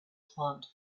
plant